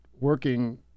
working